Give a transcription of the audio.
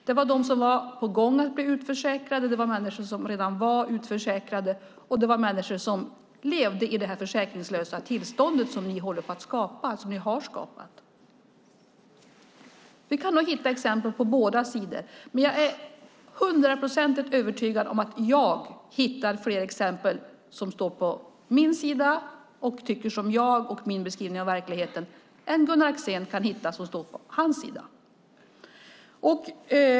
Det var de som är på gång att bli utförsäkrade, det var de som redan var utförsäkrade och det var människor som lever i det försäkringslösa tillstånd ni har skapat. Vi kan nog hitta exempel på båda sidor. Jag är hundraprocentigt övertygad om att jag kan hitta fler exempel som står på min sida, tycker som jag och min beskrivning av verkligheten, än Gunnar Axén kan hitta som står på hans sida.